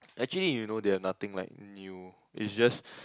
actually you know they have nothing like new it's just